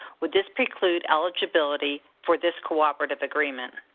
would this preclude eligibility for this cooperative agreement?